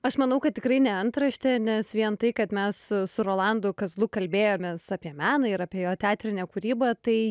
aš manau kad tikrai ne antraštė nes vien tai kad mes su rolandu kazlu kalbėjomės apie meną ir apie jo teatrinę kūrybą tai